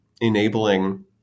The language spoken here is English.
enabling